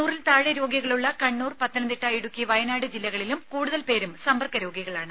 നൂറിൽ താഴെ രോഗികളുള്ള കണ്ണൂർ പത്തനംതിട്ട ഇടുക്കി വയനാട് ജില്ലകളിലും കൂടുതൽ പേരും സമ്പർക്ക രോഗികളാണ്